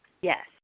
Yes